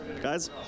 Guys